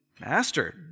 Master